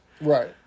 Right